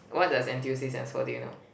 what does N_T_U_C stands for do you know